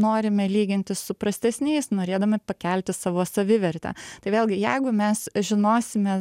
norime lygintis su prastesniais norėdami pakelti savo savivertę tai vėlgi jeigu mes žinosime